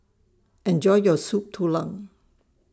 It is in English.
Enjoy your Soup Tulang